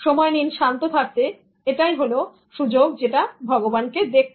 সময় নিন শান্ত থাকতে এটাই হলো সুযোগ ভগবান কে দেখতে